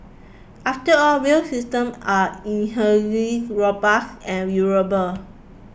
after all rail system are robust and durable